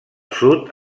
sud